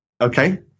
Okay